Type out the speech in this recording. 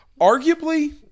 Arguably